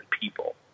people